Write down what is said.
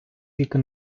тільки